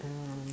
um